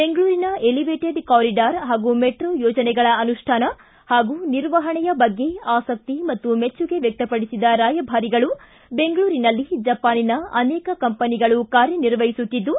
ಬೆಂಗಳೂರಿನ elevated corridor ಹಾಗೂ metro ಯೋಜನೆಗಳ ಅನುಷ್ಠಾನ ಹಾಗೂ ನಿರ್ವಹಣೆಯ ಬಗ್ಗೆ ಆಸಕ್ತಿ ಮತ್ತು ಮೆಚ್ಚುಗೆ ವ್ಯಕ್ತಪಡಿಸಿದ ರಾಯಭಾರಿಗಳು ಬೆಂಗಳೂರಿನಲ್ಲಿ ಜಪಾನಿನ ಅನೇಕ ಕಂಪನಿಗಳು ಕಾರ್ಯನಿರ್ವಹಿಸುತ್ತಿದ್ದು